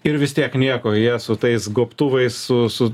ir vis tiek nieko jie su tais gobtuvais su su